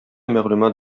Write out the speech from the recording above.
мәгълүмат